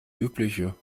übliche